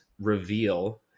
reveal